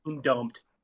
dumped